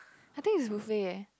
I think it's buffet eh